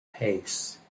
pace